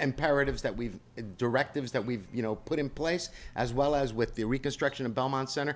imperatives that we've directives that we've you know put in place as well as with the reconstruction of belmont cent